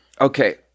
Okay